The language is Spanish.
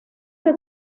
que